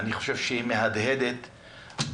אני חושב שהן מהדהדות באולם.